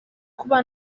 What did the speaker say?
kuba